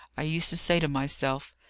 i used to say to myself,